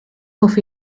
off